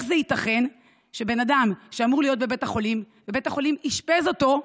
זה ייתכן שבן אדם שאמור להיות בבית החולים ובית החולים אשפז אותו,